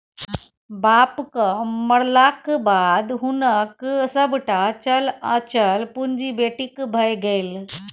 बापक मरलाक बाद हुनक सभटा चल अचल पुंजी बेटीक भए गेल